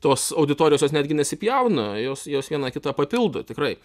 tos auditorijos jos netgi nesipjauna jos jos viena kitą papildo tikrai